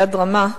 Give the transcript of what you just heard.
ביד רמה,